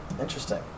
Interesting